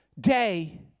day